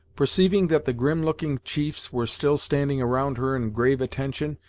perceiving that the grim looking chiefs were still standing around her in grave attention,